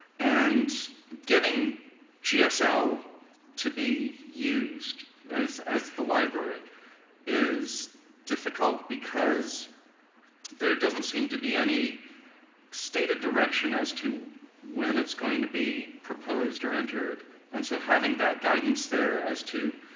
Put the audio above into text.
and getting gsl so to be used as the library is difficult because there doesn't seem to be any stated direction as to when it's going to be proposed or entered and so having that guidance there as to.